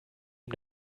ihm